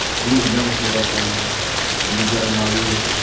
we will never give up on you, and you better not either.